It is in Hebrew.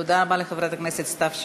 תודה רבה לחברת הכנסת סתיו שפיר.